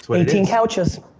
so eighteen couches.